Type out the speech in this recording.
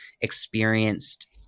experienced